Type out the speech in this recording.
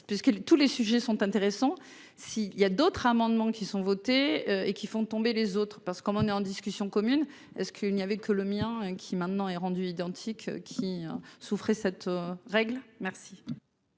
puisqu'elle tous les sujets sont intéressants si il y a d'autres amendements qui sont votés et qui font tomber les autres parce qu'on est en discussion commune ce qu'il n'y avait que le mien, qui maintenant est rendu identique qui souffrait cette règle merci.